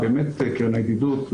קרן הידידות,